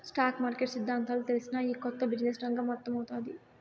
stock market సిద్దాంతాలు తెల్సినా, ఈ కొత్త బిజినెస్ రంగం అర్థమౌతాది